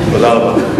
תודה רבה.